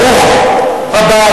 ברוך הבא,